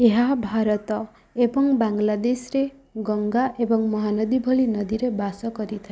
ଏହା ଭାରତ ଏବଂ ବାଂଲାଦେଶରେ ଗଙ୍ଗା ଏବଂ ମହାନଦୀ ଭଳି ନଦୀରେ ବାସ କରିଥାଏ